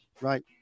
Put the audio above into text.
right